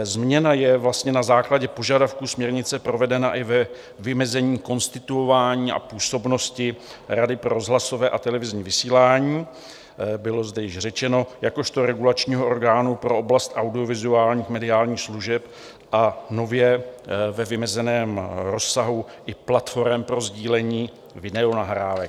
Změna je vlastně na základě požadavků směrnice provedena i ve vymezení, konstituování a působnosti Rady pro rozhlasové a televizní vysílání bylo zde již řečeno jakožto regulačního orgánu pro oblast audiovizuálních mediálních služeb a nově ve vymezeném rozsahu i platforem pro sdílení videonahrávek.